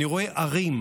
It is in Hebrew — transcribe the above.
אני רואה ערים,